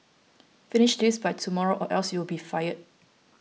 finish this by tomorrow or else you'll be fired